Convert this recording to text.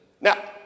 Now